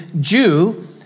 Jew